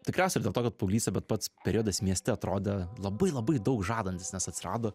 tikriausiai ir dėl to kad paauglystė bet pats periodas mieste atrodė labai labai daug žadantis nes atsirado